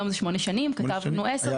כתבנו עשר,